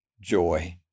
joy